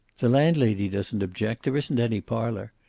the landlady doesn't object. there isn't any parlor.